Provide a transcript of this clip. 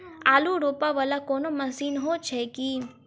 आलु रोपा वला कोनो मशीन हो छैय की?